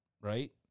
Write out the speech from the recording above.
right